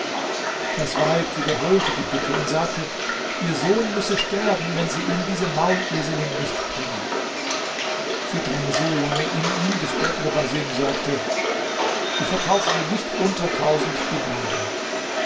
das weib wiederholte die bitte und sagte ihr sohn müsse sterben wenn sie ihm diese mauleselin nicht bringe sie drang so lang in ihn bis bedr basim sagte ich verkaufe sie nicht unter tausend dinaren